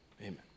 Amen